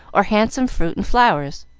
or handsome fruit and flowers